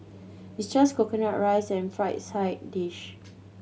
it's just coconut rice and fried side dish